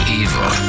evil